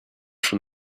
from